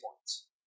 points